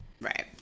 right